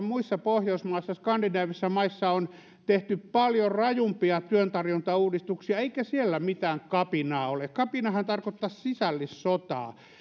muissa pohjoismaissa skandinaavisissa maissa on tehty paljon rajumpia työntarjontauudistuksia eikä siellä mitään kapinaa ole kapinahan tarkoittaisi sisällissotaa